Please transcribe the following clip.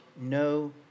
no